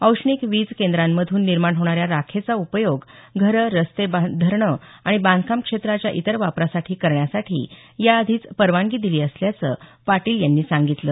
औष्णिक वीज केंद्रांमधून निर्माण होणाऱ्या राखेचा उपयोग घरं रस्ते धरणं आणि बांधकाम क्षेत्राच्या इतर वापरासाठी करण्यासाठी याआधीच परवानगी दिली असल्याचं पाटील यांनी सांगितलं